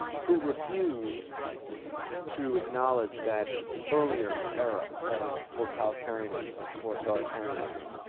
who refuse to acknowledge that earlier era of totalitarianism or authoritarianism.